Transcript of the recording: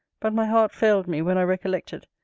but my heart failed me, when i recollected,